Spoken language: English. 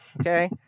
Okay